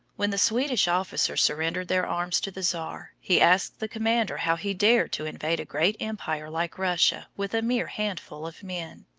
when the swedish officers surrendered their arms to the tsar, he asked the commander how he dared to invade a great empire like russia with a mere handful of men.